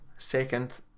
second